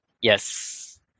Yes